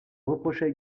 reprochait